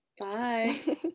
Bye